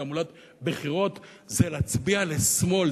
תעמולת בחירות, זה להצביע לשמאל.